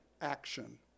action